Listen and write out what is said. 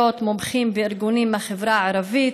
מומחים וארגונים מהחברה הערבית.